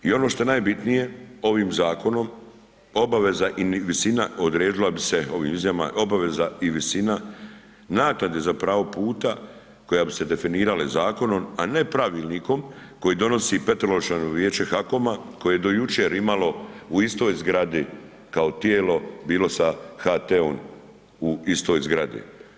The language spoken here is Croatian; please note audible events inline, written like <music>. I ono što je najbitnije, ovim zakonom obaveza i visina odredila bi se ovim ... <unintelligible> obaveza i visina naknade za pravo puta koja bi se definirala i zakonom a ne pravilnikom koje donosi peteročlano Vijeće HAKOM-a koje je do jučer imalo u istoj zgradi kao tijelo bilo sa HT-om u istoj zgradi.